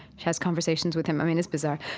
she has conversations with him. i mean, it's bizarre.